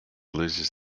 loses